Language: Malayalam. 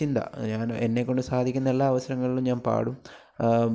ചിന്ത എന്നെകൊണ്ട് സാധിക്കുന്ന എല്ലാ അവസരങ്ങളിലും ഞാൻ പാടും